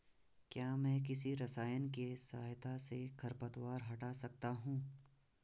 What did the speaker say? क्या मैं किसी रसायन के सहायता से खरपतवार हटा सकता हूँ?